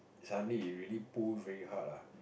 suddenly it really pull very hard ah